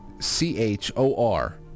C-H-O-R